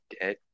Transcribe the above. dead